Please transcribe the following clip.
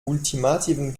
ultimativen